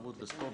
התרבות והספורט,